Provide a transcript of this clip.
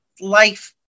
life